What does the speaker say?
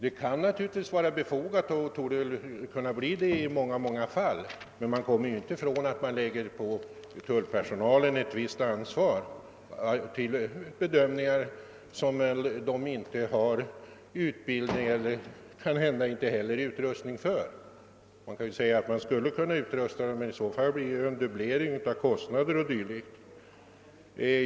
Ett provisoriskt körförbud kan givetvis också vara befogat, men man kommer inte ifrån att man lägger på tullpersonalen ett visst ansvar för bedömningar som den inte har utbildning till och kanhända inte heller har utrustning för. Man kan naturligtvis utrusta tullstationerna på lämpligt sätt, men i så fall uppstår ju en dubblering av utrustningskostnaderna.